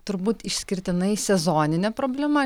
turbūt išskirtinai sezoninė problema